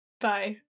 bye